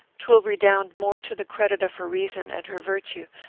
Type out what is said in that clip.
twill redound more to the credit of her reason and her virtue.